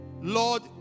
Lord